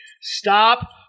stop